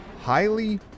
highly